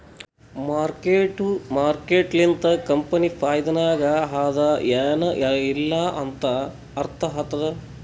mark to market ಲಿಂತ company ಫೈದಾನಾಗ್ ಅದಾ ಎನ್ ಇಲ್ಲಾ ಅಂತ ಅರ್ಥ ಆತ್ತುದ್